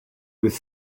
with